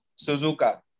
Suzuka